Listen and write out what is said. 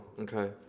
Okay